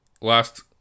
last